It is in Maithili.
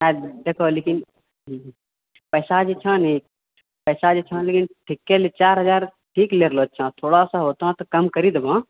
देखऽ लऽ लेकिन पैसा जे छौ ने पैसा जे छौ लेकिन ठीके लऽ चार हजार ठीक लऽ रहल छौ थोड़ा सऽ होतो तऽ कम करि देबौ